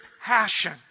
passion